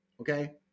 Okay